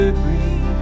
breathe